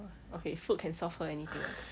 okay food can solve her anything